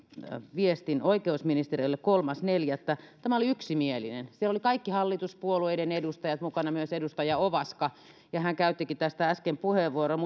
viestin oikeusministeriölle kolmas neljättä tämä oli yksimielinen siellä olivat kaikki hallituspuolueiden edustajat mukana myös edustaja ovaska ja hän käyttikin tästä äsken puheenvuoron